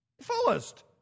Fullest